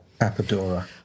apodora